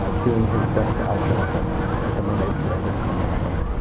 um doing his best al jolson at the mermaid parade in coney island.